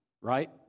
right